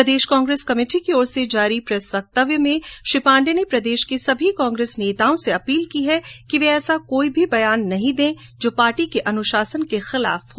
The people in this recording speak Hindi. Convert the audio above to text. प्रदेश कांग्रेस कमेटी की ओर से जारी प्रेस वक्तव्य में श्री पांडे ने प्रदेश के सभी कांग्रेस नेताओं से अपील की कि वे कोई भी ऐसा बयान नहीं दे जो पार्टी के अनुशासन के खिलाफ हो